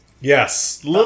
Yes